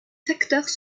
facteurs